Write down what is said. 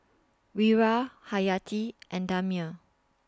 Wira Hayati and Damia